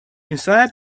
inside